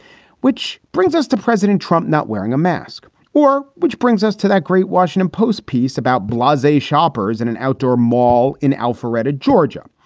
which brings us to president trump not wearing a mask or which brings us to that great washington post piece about blazek shoppers in an outdoor mall in alpharetta, georgia.